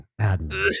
admin